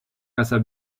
casa